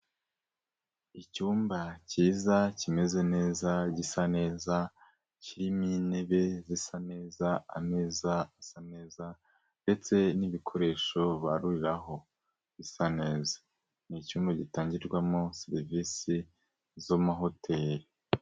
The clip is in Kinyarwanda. Icyumba kiza kimeze neza gisa neza kirimo intebe zisa neza, ameza asa neza ndetse n'ibikoresho baruriraho bisa neza. Ni icyumba gitangirwamo serivise z'amahoteri.